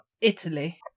italy